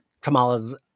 kamala's